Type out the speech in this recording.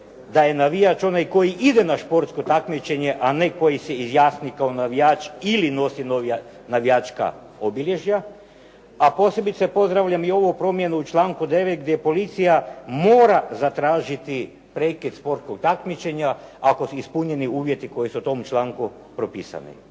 da je navijač onaj koji ide na sportsko takmičenje, a ne koji se izjasni kao navijač ili nosi navijačka obilježja, a posebice pozdravljam i ovu promjenu u članku 9. gdje policija mora zatražiti prekid sportskog takmičenja ako ispunjeni uvjeti koji su u tom članku propisani.